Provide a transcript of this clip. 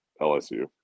LSU